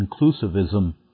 inclusivism